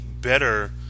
better